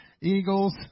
Eagles